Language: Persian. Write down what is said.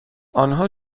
آنها